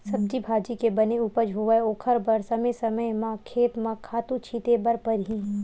सब्जी भाजी के बने उपज होवय ओखर बर समे समे म खेत म खातू छिते बर परही